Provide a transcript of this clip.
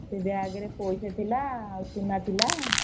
ସେ ବ୍ୟାଗ୍ରେ ପଇସା ଥିଲା ଆଉ ସୁନା ଥିଲା